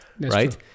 right